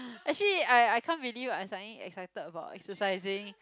actually I I can't believe I suddenly excited about exercising